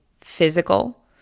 physical